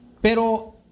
pero